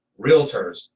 realtors